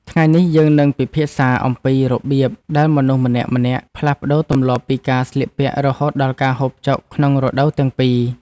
ថ្ងៃនេះយើងនឹងពិភាក្សាអំពីរបៀបដែលមនុស្សម្នាក់ៗផ្លាស់ប្តូរទម្លាប់ពីការស្លៀកពាក់រហូតដល់ការហូបចុកក្នុងរដូវទាំងពីរ។